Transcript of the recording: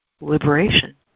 liberation